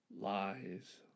Lies